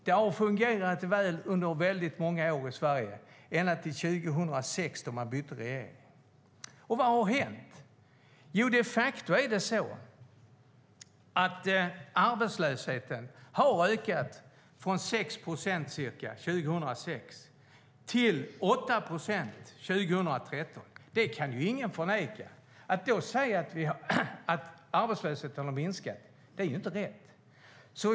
Det har fungerat väl under väldigt många år i Sverige, ända till 2006 då man bytte regering. Och vad har hänt? Jo, arbetslösheten har de facto ökat från ca 6 procent 2006 till 8 procent 2013. Det kan ingen förneka. Att då säga att arbetslösheten har minskat är ju inte rätt.